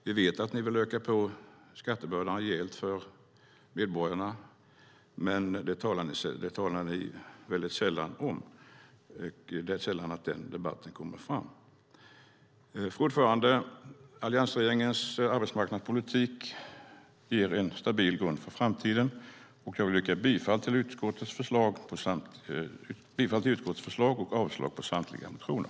Vi vet att ni vill öka skattebördan rejält för medborgarna, men det talar ni sällan om, så den debatten kommer sällan fram. Fru talman! Alliansregeringens arbetsmarknadspolitik ger en stabil grund för framtiden, och jag yrkar bifall till utskottets förslag i betänkandet och avslag på samtliga motioner.